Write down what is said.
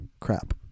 crap